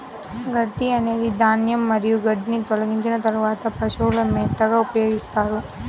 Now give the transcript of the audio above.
గడ్డి అనేది ధాన్యం మరియు గడ్డిని తొలగించిన తర్వాత పశువుల మేతగా ఉపయోగిస్తారు